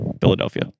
Philadelphia